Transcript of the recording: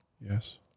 yes